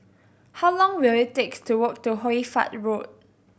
how long will it take to walk to Hoy Fatt Road